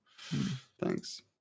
thanks